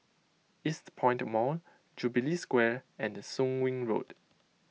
Eastpoint Mall Jubilee Square and Soon Wing Road